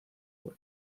web